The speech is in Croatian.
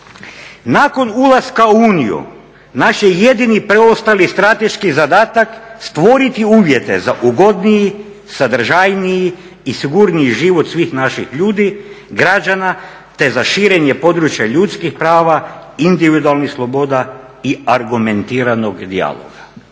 "Nakon ulaska u Uniju naš je jedini preostali strateški zadatak stvoriti uvjete za ugodniji, sadržajniji i sigurniji život svih naših ljudi, građana, te za širenje područja ljudskih prava, individualnih sloboda i argumentiranog dijaloga.